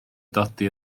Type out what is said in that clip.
dodi